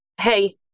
hey